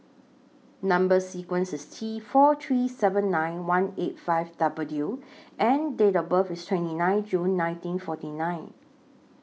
Number sequence IS T four three seven nine one eight five W and Date of birth IS twenty nine June ninrteen forty nine